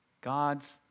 God's